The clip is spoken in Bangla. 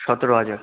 সতেরো হাজার